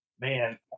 Man